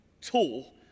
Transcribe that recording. tool